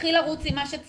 נתחיל לרוץ עם מה שצריך,